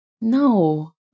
No